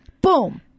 boom